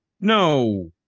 no